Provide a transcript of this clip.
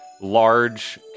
large